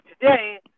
today